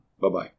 Bye-bye